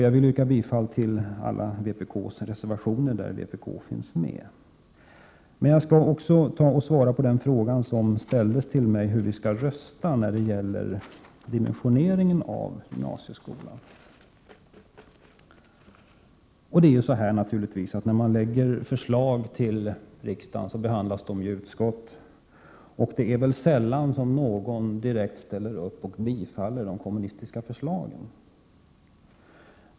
Jag vill yrka bifall till alla reservationer där vpk finns med, men jag skall också svara på den fråga som ställdes till mig om hur vi skall rösta när det gäller dimensioneringen av gymnasieskolan. Förslag som väcks i riksdagen behandlas i utskott, och det är väl sällan som någon direkt ställer upp och tillstyrker de kommunistiska förslagen.